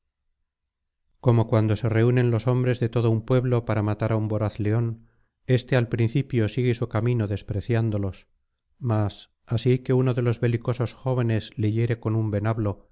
como cuando se reúnen los hombres de todo un pueblo para matar á un voraz león éste al principio sigue su camino despreciándolos mas así que upo de los belicosos jóvenes le hiere con un venablo